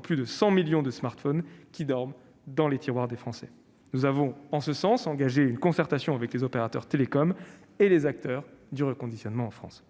plus de 100 millions de smartphones qui dorment dans les tiroirs des Français. Nous avons en ce sens engagé une concertation avec les opérateurs télécoms et les acteurs du reconditionnement en France.